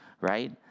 Right